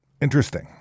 interesting